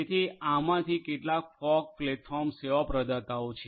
તેથી આ આમાંથી કેટલાક ફોગ પ્લેટફોર્મ સેવા પ્રદાતાઓ છે